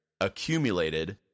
accumulated